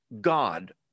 God